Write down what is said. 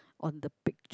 on the picture